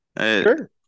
Sure